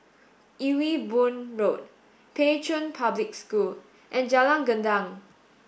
Ewe Boon Road Pei Chun Public School and Jalan Gendang